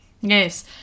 Yes